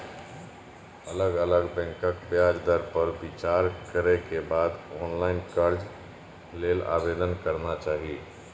अलग अलग बैंकक ब्याज दर पर विचार करै के बाद ऑनलाइन कर्ज लेल आवेदन करना चाही